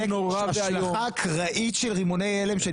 השלכה אקראית של רימוני הלם.